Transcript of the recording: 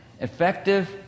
Effective